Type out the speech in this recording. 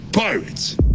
Pirates